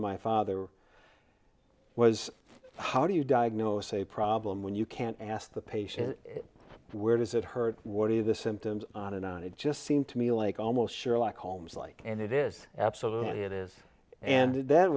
my father was how do you diagnose a problem when you can't ask the patient where does it hurt what are the symptoms on and it just seemed to me like almost sure like holmes like and it is absolutely it is and th